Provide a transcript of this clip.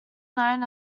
known